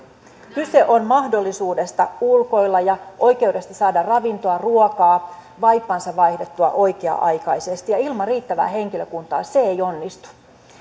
kyse on mahdollisuudesta ulkoilla ja oikeudesta saada ravintoa ruokaa vaippansa vaihdettua oikea aikaisesti ja ilman riittävää henkilökuntaa se ei onnistu